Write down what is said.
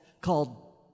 called